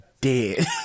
dead